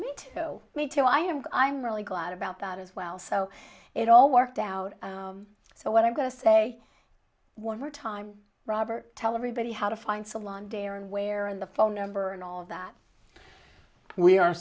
meet me too i am i'm really glad about that as well so it all worked out so what i'm going to say one more time robert tell everybody how to find salon day or where in the phone number and all of that we are